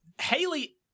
Haley